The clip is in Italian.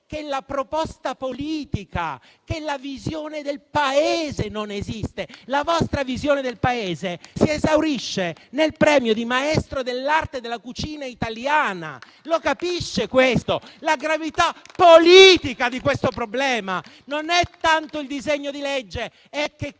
che la proposta politica, la visione del Paese non esiste. La vostra visione del Paese si esaurisce nel premio di maestro dell'arte della cucina italiana. Lo capisce questo? Comprende la gravità politica di questo problema? Non è tanto il disegno di legge, è che